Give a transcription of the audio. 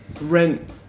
rent